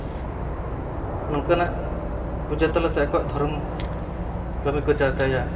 ᱱᱚᱝᱠᱟᱱᱟᱜ ᱯᱩᱡᱟᱹ ᱛᱟᱞᱟ ᱛᱮ ᱟᱠᱚᱣᱟᱜ ᱫᱷᱚᱨᱚᱢ ᱠᱟᱹᱢᱤ ᱠᱚ ᱪᱟᱨᱪᱟᱭᱟ